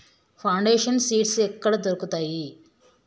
Foundation seeds ఎక్కడ దొరుకుతాయి?